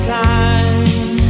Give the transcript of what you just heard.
time